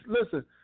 listen